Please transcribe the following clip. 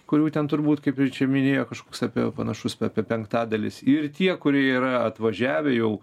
kurių ten turbūt kaip ir čia minėjo kažkoks apie panašus apie penktadalis ir tie kurie yra atvažiavę jau